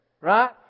right